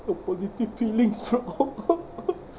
your positive feeling to